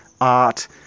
art